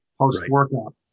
post-workout